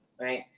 Right